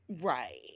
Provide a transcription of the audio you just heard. right